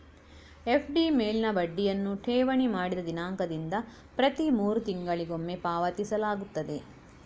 FD ಮೇಲಿನ ಬಡ್ಡಿಯನ್ನು ಠೇವಣಿ ಮಾಡಿದ ದಿನಾಂಕದಿಂದ ಪ್ರತಿ ಮೂರು ತಿಂಗಳಿಗೊಮ್ಮೆ ಪಾವತಿಸಲಾಗುತ್ತದೆ